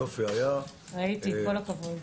כל הכבוד.